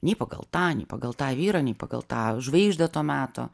nei pagal tą nei pagal tą vyrą nei pagal tą žvaigždę to meto